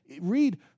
read